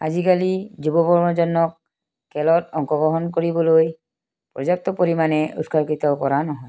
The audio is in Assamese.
আজিকালি যুৱ প্ৰজন্মক খেলত অংশগ্ৰহণ কৰিবলৈ পৰ্যাপ্ত পৰিমাণে উৎসাহিত কৰা নহয়